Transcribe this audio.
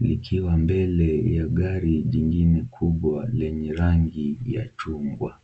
likiwa mbele ya gari jingine kubwa lenye rangi ya chungwa.